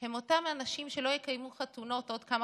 הם אותם אנשים שלא יקיימו חתונות עוד כמה